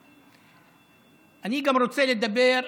אני גם רוצה לדבר,